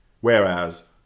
whereas